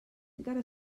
encara